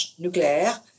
nucléaire